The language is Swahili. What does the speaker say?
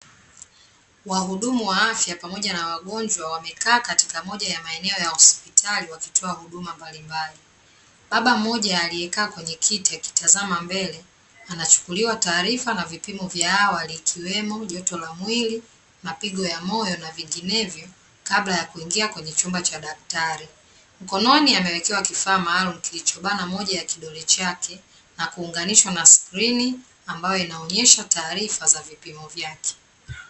Wahudumu wa afya pamoja na wagonjwa wamekaa katika moja ya maeneo ya hospitali wakitoa huduma mbalimbali. Baba mmoja aliyekaa kwenye kiti akitazama mbele, anachukuliwa taarifa na vipimo vya awali ikiwemo joto la mwili, mapigo ya moyo, na vinginevyo, kabla ya kuingia kwenye chumba cha daktari. Mkononi amewekewa kifaa maalumu kilichobana moja ya kidole chake, na kuunganishwa na skrini ambayo inaonyesha taarifa ya vipimo vyake.